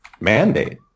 mandate